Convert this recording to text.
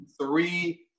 three